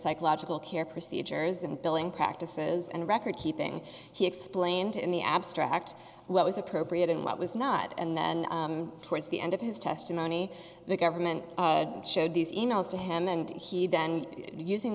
psychological care procedures and billing practices and record keeping he explained in the abstract let was appropriate and what was not and then towards the end of his testimony the government showed these e mails to him and he then using